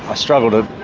ah struggle to